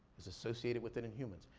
it's associated with it in humans.